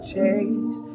Chase